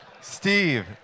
Steve